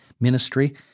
ministry